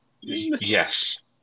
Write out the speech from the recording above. yes